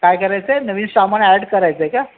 काय करायचं आहे नवीन सामान ॲड करायचं आहे का